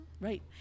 Right